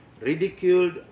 ridiculed